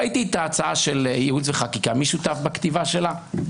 ראיתי את ההצעה של מחלקת ייעוץ וחקיקה מי שותף בכתיבה שלה?